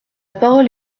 parole